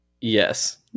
Yes